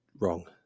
wrong